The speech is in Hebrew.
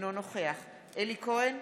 אינו נוכח אלי כהן,